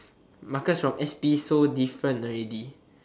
Marcus from s_p so different already